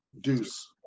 Deuce